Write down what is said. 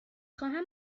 خواهم